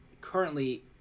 currently